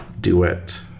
duet